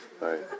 Right